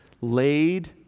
laid